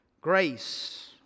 grace